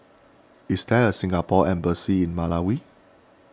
is there a Singapore Embassy in Malawi